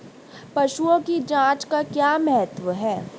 पशुओं की जांच का क्या महत्व है?